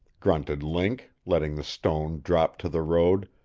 grunted link, letting the stone drop to the road,